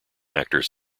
actors